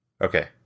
Okay